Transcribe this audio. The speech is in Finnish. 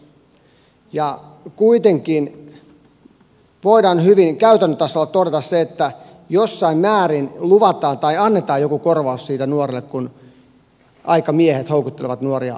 kuitenkin voidaan hyvin käytännön tasolla todeta se että jossain määrin luvataan tai annetaan joku korvaus siitä nuorelle kun aikamiehet houkuttelevat nuoria seksuaalisiin tekoihin